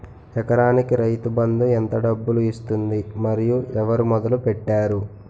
ఎకరానికి రైతు బందు ఎంత డబ్బులు ఇస్తుంది? మరియు ఎవరు మొదల పెట్టారు?